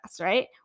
right